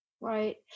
Right